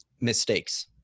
mistakes